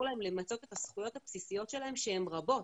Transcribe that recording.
להם למצות את הזכויות הבסיסיות שלהם שהן רבות,